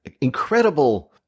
incredible